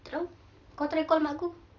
tak tahu kau try call mak aku